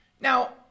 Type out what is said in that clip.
Now